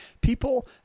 people